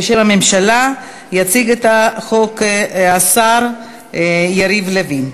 בשם הממשלה יציג את ההודעה השר יריב לוין.